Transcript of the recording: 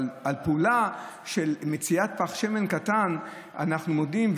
אבל על פעולה של מציאת פך שמן קטן אנחנו מודים.